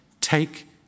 take